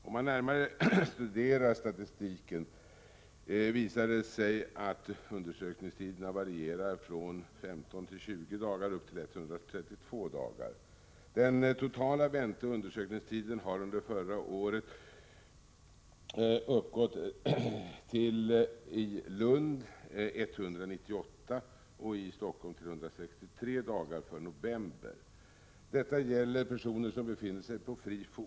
Om man studerar statistiken närmare visar det sig att undersökningstiderna varierar från 15—20 dagar upp till 132 dagar. Den totala vänteoch undersökningstiden uppgick i november förra året till 198 dagar i Lund och till 163 dagar i Stockholm. Detta gäller personer som befinner sig på fri fot.